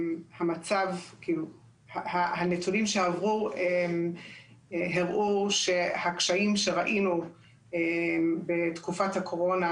הנתונים שעברו הראו שהקשיים שראינו בתקופת הקורונה,